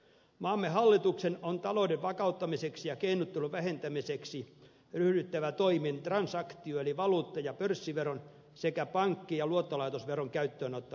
maamme hallituksen on talouden vakauttamiseksi ja keinottelun vähentämiseksi ryhdyttävä toimiin transaktio eli valuutta ja pörssiveron sekä pankki ja luottolaitosveron käyttöön ottamiseksi